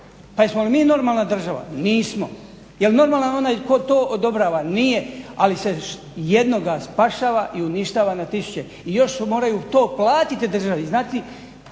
Pa jesmo li mi normalna država? Nismo. Jel normalan onaj tko to odobrava? Nije, ali se jednoga spašava i uništava na tisuće. I još moraju to platiti državi,